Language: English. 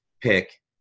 pick